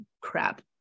crap